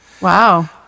Wow